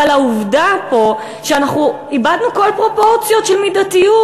אבל העובדה פה היא שאנחנו איבדנו כל פרופורציות של מידתיות.